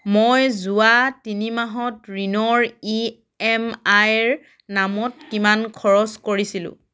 মই যোৱা তিনি মাহত ঋণৰ ই এম আইৰ নামত কিমান খৰচ কৰিছিলোঁ